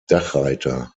dachreiter